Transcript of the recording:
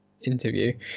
interview